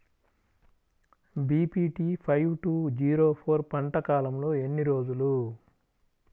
BPT five two zero four పంట కాలంలో ఎన్ని రోజులు?